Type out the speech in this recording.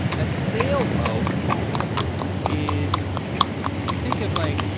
a sailboat is, you think of like,